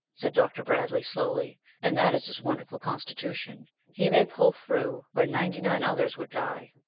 said dr. bradley, slowly and that is his wonderful constitution he may pull through where ninety-nine others would die.